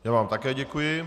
Já vám také děkuji.